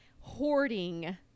hoarding